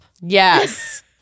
yes